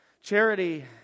Charity